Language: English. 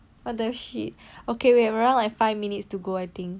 what the shit okay we have around another five minutes I think